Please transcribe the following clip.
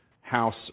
House